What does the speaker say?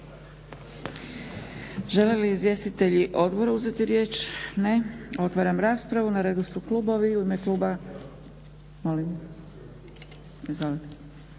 Žele li izvjestitelji odbora uzeti riječ? Ne. Otvaram raspravu. Na redu su klubovi. U ime kluba